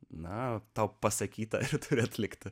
na tau pasakyta kad turi atlikti